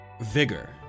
vigor